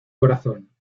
corazón